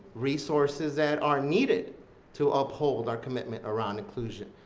resources, that are needed to uphold our commitment around inclusion.